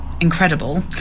incredible